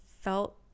felt